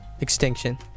Extinction